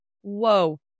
whoa